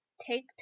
take